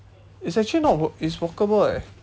it's actually not wal~ it's walkable eh